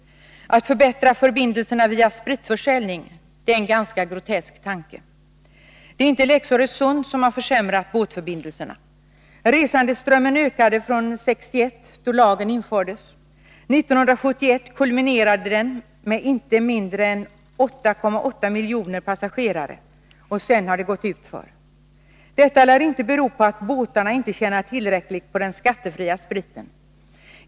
Att förbättra förbindelserna via ökad spritförsäljning är en ganska grotesk tanke. Det är inte lex Öresund som har försämrat båtförbindelserna. Resandeströmmen ökade från 1961, då lagen infördes. 1971 kulminerade den med inte mindre än 8,8 miljoner passagerare, och sedan har det gått utför. Detta lär inte bero på att båtarna inte tjänar tillräckligt på den skattefria spriten.